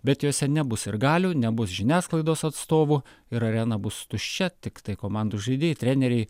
bet jose nebus sirgalių nebus žiniasklaidos atstovų ir arena bus tuščia tiktai komandų žaidėjai treneriai